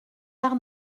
ère